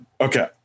Okay